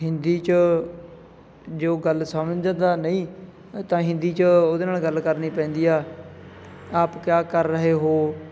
ਹਿੰਦੀ 'ਚ ਜੋ ਗੱਲ ਸਮਝ ਦਾ ਨਹੀਂ ਤਾਂ ਹਿੰਦੀ 'ਚ ਉਹਦੇ ਨਾਲ ਗੱਲ ਕਰਨੀ ਪੈਂਦੀ ਆ ਆਪ ਕਿਆ ਕਰ ਰਹੇ ਹੋ